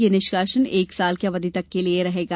ये निष्कासन एक साल की अवधि तक के लिये रहेगा